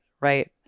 right